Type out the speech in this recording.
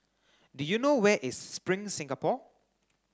do you know where is Spring Singapore